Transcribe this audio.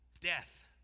death